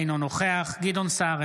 אינו נוכח גדעון סער,